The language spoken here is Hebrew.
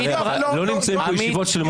לא נמצאים פה ישיבות שלמות,